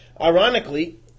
Ironically